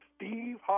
Steve